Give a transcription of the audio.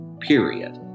period